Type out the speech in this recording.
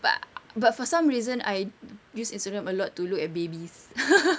but but for some reason I use instagram a lot to look at babies